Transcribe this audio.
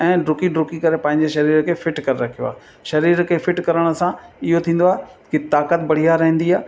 ऐं डुकी डुकी करे पंहिंजे शरीर खे फिट करे रखियो आहे शरीर खे फिट करण सां इहो थींदो आहे की ताक़त बढ़िया रहंदी आहे